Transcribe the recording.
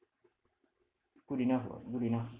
good enough [what] good enough